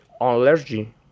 allergy